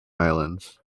islands